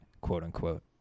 quote-unquote